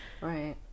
right